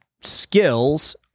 skills